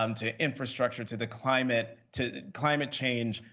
um to infrastructure, to the climate to climate change,